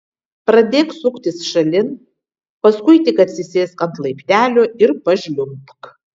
pradėk suktis šalin paskui tik atsisėsk ant laiptelio ir pažliumbk